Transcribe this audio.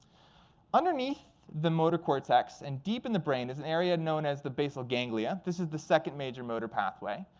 underneath the motor cortex and deep in the brain is an area known as the basal ganglia. this is the second major motor pathway.